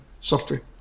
software